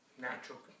Natural